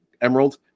emerald